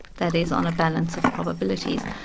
that is on a balance of probabilities.